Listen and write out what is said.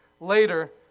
Later